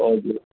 okay